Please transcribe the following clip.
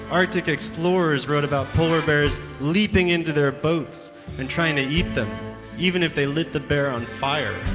arctic explorers wrote about polar bears leaping into their boats and trying to eat them even if they lit the bear on fire.